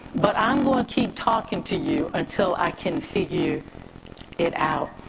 but i'm gonna keep talking to you until i can figure it out.